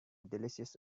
delicious